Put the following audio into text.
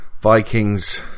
Vikings